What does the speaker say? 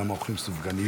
למה אוכלים סופגניות.